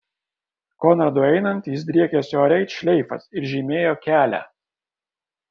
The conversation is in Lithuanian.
konradui einant jis driekėsi ore it šleifas ir žymėjo kelią